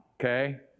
okay